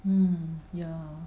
mm ya